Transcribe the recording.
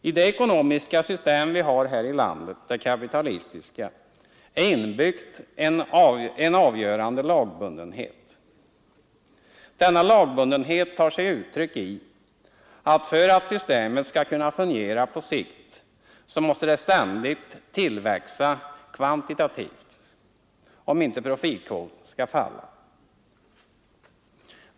I det ekonomiska system vi har här i landet — det kapitalistiska — är inbyggd en avgörande lagbundenhet. Denna lagbundenhet tar sig uttryck i att för att systemet skall kunna fungera på sikt måste det ständigt tillväxa kvantitativt, om inte profitkvoten skall falla.